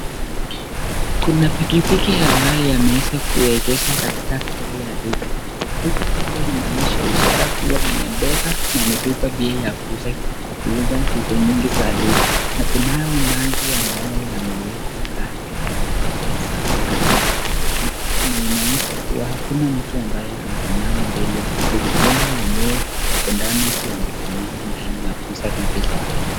Kuna pikipiki ambaye yameweza kuegeshwa katika kando ya duka hili. Duka hili linaonyesha ishara kua ni mpesa na ni duka pia yakuuza vitu mingi za duka. Kunayo maji ambayo yameekwa kando yanaonyesha ni safi kabisaa. inaomyesha kwamba hakuna mtu amesima mbele ya duka hili. wako ndani kuomyesha kwamba wamesimama kuuzavitu zao